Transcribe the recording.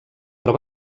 però